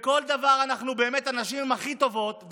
בכל דבר, באמת, הנשים הן הכי טובות.